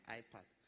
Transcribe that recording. iPad